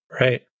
Right